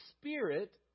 Spirit